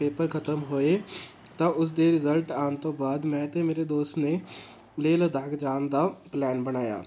paper ਖਤਮ ਹੋਏ ਤਾਂ ਉਸ ਦੇ ਰਿਜ਼ਲਟ ਆਉਣ ਤੋਂ ਬਾਅਦ ਮੈਂ ਅਤੇ ਮੇਰੇ ਦੋਸਤ ਨੇ ਲੇਹ ਲਦਾਖ ਜਾਣ ਦਾ ਪਲੈਨ ਬਣਾਇਆ